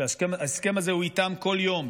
שההסכם הזה הוא איתם כל יום,